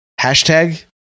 Hashtag